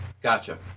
Gotcha